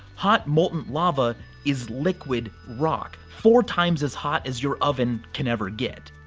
hot, molten lava is liquid rock, four times as hot as your oven can ever get.